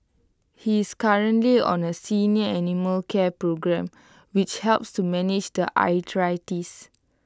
he's currently on A senior animal care programme which helps to manage the arthritis